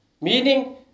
Meaning